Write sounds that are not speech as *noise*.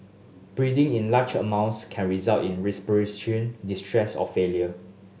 breathing in large amounts can result in *unintelligible* distress or failure